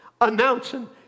announcing